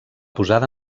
posada